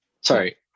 Sorry